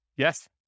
Yes